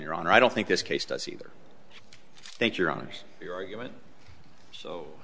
your honor i don't think this case does either thank your own argument so